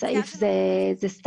הסעיף הוא סטנדרט.